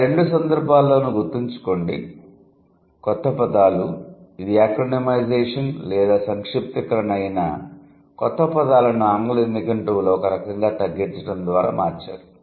పై రెండు సందర్భాల్లోనూ గుర్తుంచుకోండి క్రొత్త పదాలు ఇది ఎక్రోనిమైజేషన్ లేదా సంక్షిప్తీకరణ అయినా క్రొత్త పదాలను ఆంగ్ల నిఘంటువులో ఒక రకంగా తగ్గించడం ద్వారా మార్చారు